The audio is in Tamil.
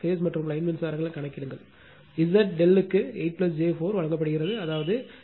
பேஸ்ம் மற்றும் லைன் மின்சாரங்கள் கணக்கிடுங்கள் Z ∆ க்கு 8 j 4 வழங்கப்படுகிறது அதாவது 8